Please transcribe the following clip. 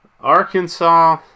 Arkansas